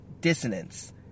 Dissonance